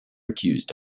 accused